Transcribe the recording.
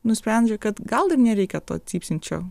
nusprendžia kad gal ir nereikia to cypsinčio